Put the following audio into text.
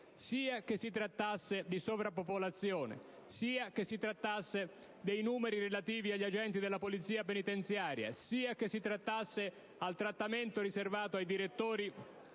sia che si trattasse di sovrappopolazione che dei numeri relativi agli agenti della Polizia penitenziaria, sia che si trattasse del trattamento riservato ai direttori